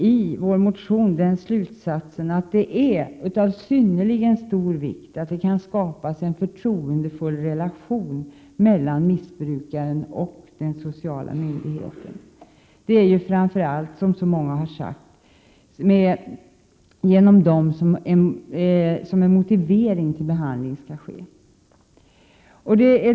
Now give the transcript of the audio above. I vår motion drar vi slutsatsen att det är av synnerligen stor vikt att det kan skapas en förtroendefull relation mellan missbrukaren och de sociala myndigheterna. Det är ju framför allt, som så många har sagt, genom dem som en motivering till behandlingen skall åstadkommas.